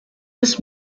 des